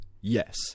Yes